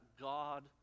God